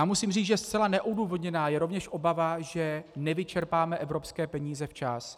Musím říct, že zcela neodůvodněná je rovněž obava, že nevyčerpáme evropské peníze včas.